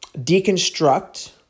deconstruct